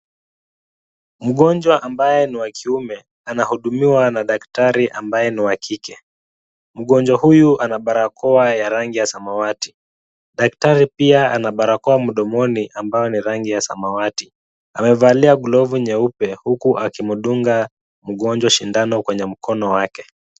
Mgonjwa ambaye ni wa kiume anahudumiwa na daktari ambaye ni wa kike, mgonjwa huyu ana barakoa ya rangi ya samawati, daktari pia ana barakoa mdomoni ambayo ni rangi ya samawati, amevalia glovu nyeupe huku akimdunga mgonjwa sindano kwenye mkono wake.